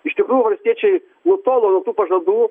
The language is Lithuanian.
iš tikrųjų valstiečiai nutolo pažadų